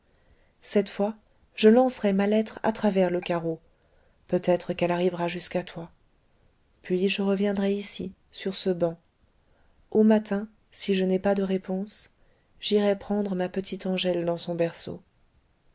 cette fois je lancerai ma lettre à travers le carreau peut-être qu'elle arrivera jusqu'à toi puis je reviendrai ici sur ce banc au matin si je n'ai pas de réponse j'irai prendre ma petite angèle dans son berceau